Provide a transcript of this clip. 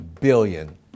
billion